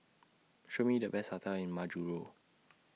Show Me The Best hotels in Majuro